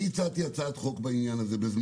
אני הצעתי בזמנו הצעת חוק לפני